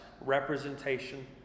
representation